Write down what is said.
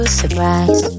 surprise